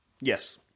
Yes